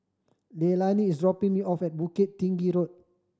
Leilani is dropping me off at Bukit Tinggi Road